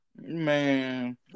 Man